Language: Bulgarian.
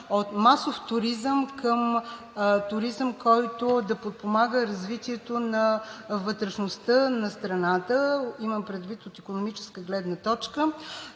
от масов туризъм към туризъм, подпомагащ развитието на вътрешността на страната, имам предвид от икономическа гледна точка.